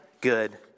Good